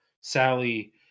sally